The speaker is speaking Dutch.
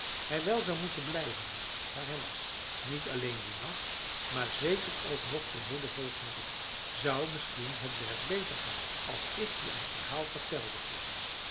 hij wel zou moeten blijven waar hij was niet alleen dien nacht maar zeker ook nog den heelen volgenden dag zou misschien het werk beter gaan als ik je een verhaal vertelde vroeg hij